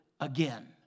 again